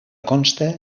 consta